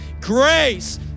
grace